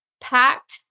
packed